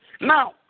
Now